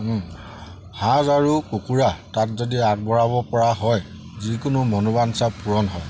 সাজ আৰু কুকুৰা তাত যদি আগবঢ়াব পৰা হয় যিকোনো মনোবাঞ্ছা পূৰণ হয়